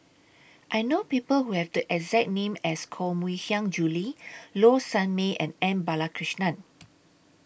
I know People Who Have The exact name as Koh Mui Hiang Julie Low Sanmay and M Balakrishnan